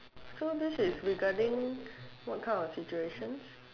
so this regarding what kind of situations